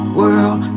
world